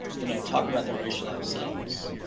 you know, talk about their racialized selves,